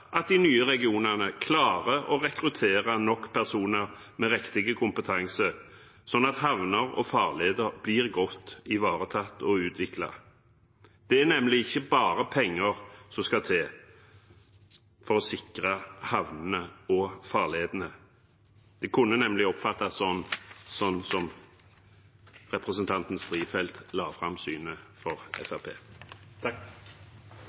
at de nye regionene klarer å rekruttere nok personer med riktig kompetanse, slik at havner og farleder blir godt ivaretatt og utviklet. Det er nemlig ikke bare penger som skal til for å sikre havnene og farledene. Det kunne nemlig oppfattes slik på måten representanten Strifeldt la fram